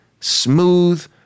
smooth